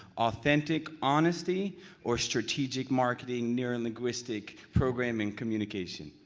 authentic honesty or strategic marketing neural linguistic programming communication?